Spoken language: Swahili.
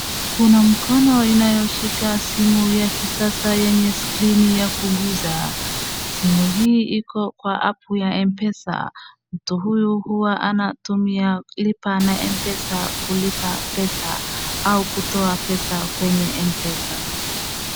Kuna mkono inayoshika simu ya kisasa yenye skirini ya kugusa simu hii iko kwa apu ya M-pesa mtu huyu hua anatumia lipa na M-pesa kulipa pesa au kutoa pesa kwenye M-pesa.